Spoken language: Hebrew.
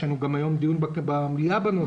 יש לנו היום דיון במליאה בנושא,